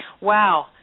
Wow